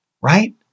right